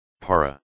para